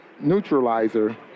neutralizer